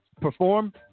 perform